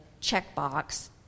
checkbox